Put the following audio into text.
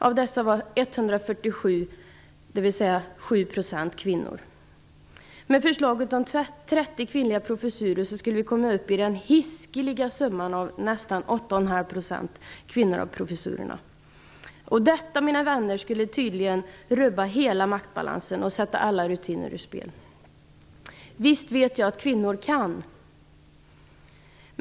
Av dessa innehades 147, dvs. 7 %, av kvinnor. Med förslaget om 30 kvinnliga professurer skulle vi komma upp i den hiskeliga summan av nästan 81⁄2 % kvinnliga professurer. Detta, mina vänner, skulle tydligen rubba hela maktbalansen och sätta alla rutiner ur spel. Visst vet jag att kvinnor kan.